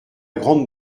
grande